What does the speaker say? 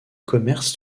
commerces